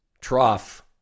trough